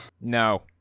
No